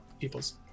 people's